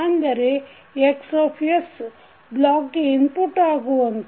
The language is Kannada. ಅಂದರೆ X ಬ್ಲಾಕ್ ಗೆ ಇನ್ಪುಟ್ ಆಗುವಂತೆ